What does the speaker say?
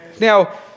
now